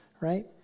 right